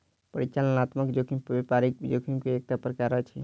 परिचालनात्मक जोखिम व्यापारिक जोखिम के एकटा प्रकार अछि